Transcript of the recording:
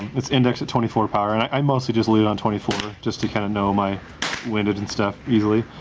it's indexed at twenty four power and i mostly just leave it on twenty four power. just to kinda know my windage and stuff easily.